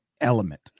element